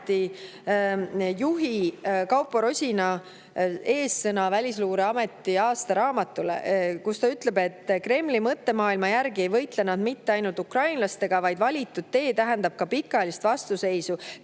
juhi Kaupo Rosina eessõna Välisluureameti aastaraamatus, kus ta ütleb, et Kremli mõttemaailma järgi ei võitle nad mitte ainult ukrainlastega, vaid valitud tee tähendab ka pikaajalist vastuseisu